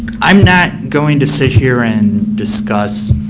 i'm not going to sit here and discuss